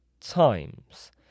times